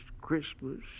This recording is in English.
Christmas